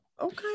okay